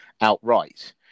outright